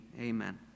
Amen